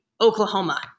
Oklahoma